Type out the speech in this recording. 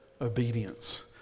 obedience